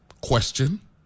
question